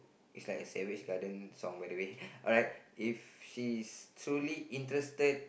it's like a savage lah then sound but the way alright if she truly interested